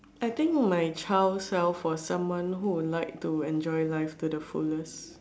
I think my child self was someone who liked to enjoy life to the fullest